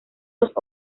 los